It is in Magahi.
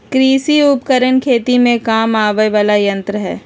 कृषि उपकरण खेती में काम आवय वला यंत्र हई